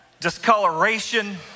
discoloration